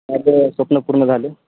आजं स्वप्न पूर्ण झाले